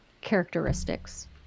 characteristics